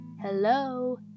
hello